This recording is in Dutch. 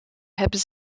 hebben